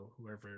whoever